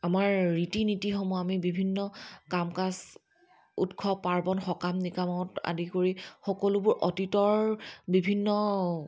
আমাৰ ৰীতি নীতিসমূহ আমি বিভিন্ন কাম কাজ উৎসৱ পাৰ্ৱণ সকাম নিকামত আদি কৰি সকলোবোৰ অতীতৰ বিভিন্ন